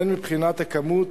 הן מבחינת הכמות